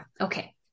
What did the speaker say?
Okay